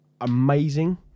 Amazing